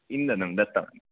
इन्धनं दत्तवान्